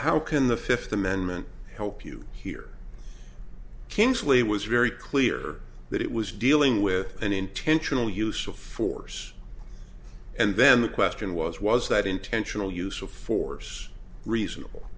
how can the fifth amendment help you here kingsley was very clear that it was dealing with an intentional use of force and then the question was was that intentional use of force reasonable